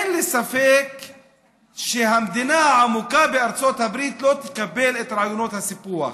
אין לי ספק שהמדינה העמוקה בארצות הברית לא תקבל את רעיונות הסיפוח,